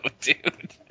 dude